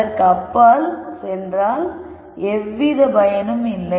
அதற்கு அப்பால் சென்றால் எவ்வித பயனும் இல்லை